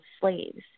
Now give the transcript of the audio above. slaves